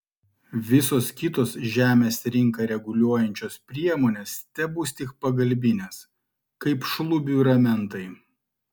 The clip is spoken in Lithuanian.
visos kitos žemės rinką reguliuojančios priemonės tebus tik pagalbinės kaip šlubiui ramentai